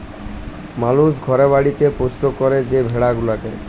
মালুস ঘরে বাড়িতে পৌষ্য ক্যরে যে ভেড়া গুলাকে